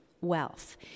wealth